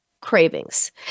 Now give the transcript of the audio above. cravings